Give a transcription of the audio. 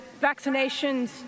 vaccinations